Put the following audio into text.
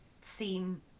seem